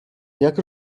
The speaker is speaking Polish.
jak